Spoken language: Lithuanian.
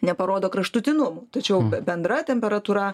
neparodo kraštutinumų tačiau bendra temperatūra